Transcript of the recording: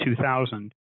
2000